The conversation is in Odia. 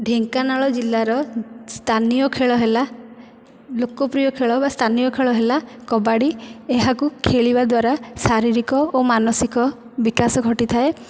ଢେଙ୍କାନାଳ ଜିଲ୍ଲାର ସ୍ଥାନୀୟ ଖେଳ ହେଲା ଲୋକପ୍ରିୟ ଖେଳ ବା ସ୍ଥାନୀୟ ଖେଳ ହେଲା କବାଡ଼ି ଏହାକୁ ଖେଳିବା ଦ୍ୱାରା ଶାରୀରିକ ଓ ମାନସିକ ବିକାଶ ଘଟିଥାଏ